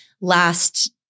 last